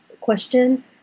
question